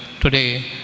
Today